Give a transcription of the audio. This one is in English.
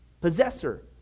possessor